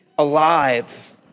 Alive